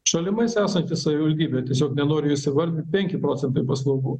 šalimais esanti savivaldybė tiesiog nenoriu jos įvardint penki procentai paslaugų